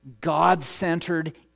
God-centered